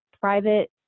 private